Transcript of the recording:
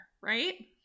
right